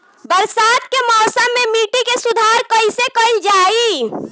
बरसात के मौसम में मिट्टी के सुधार कईसे कईल जाई?